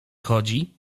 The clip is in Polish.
chodzi